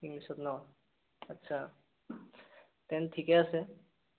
ইংলিচত ন আচ্ছা তেনেতে ঠিকে আছে